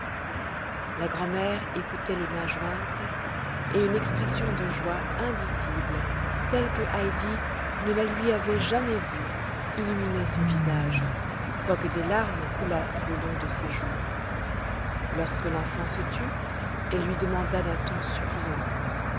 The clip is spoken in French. la grand'mère écoutait les mains jointes et une expression de joie indicible telle que heidi ne la lui avait jamais vue illuminait son visage quoique des larmes coulassent le long de ses joues lorsque l'enfant se tut elle lui demanda d'un ton suppliant